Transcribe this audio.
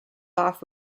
off